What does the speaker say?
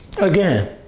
Again